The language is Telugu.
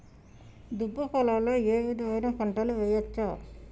దుబ్బ పొలాల్లో ఏ విధమైన పంటలు వేయచ్చా?